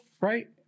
right